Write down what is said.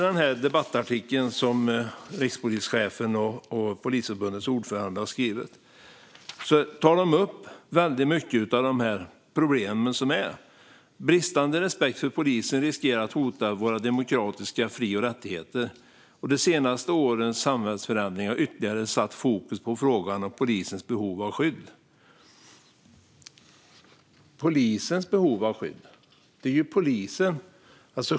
I debattartikeln som rikspolischefen och Polisförbundets ordförande har skrivit tar de upp många av dessa problem. "Bristande respekt för polisen riskerar att hota våra demokratiska fri och rättigheter. De senaste årens samhällsförändringar har ytterligare satt fokus på frågan om polisers behov av skydd." Polisers behov av skydd.